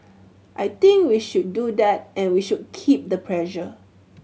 I think we should do that and we should keep the pressure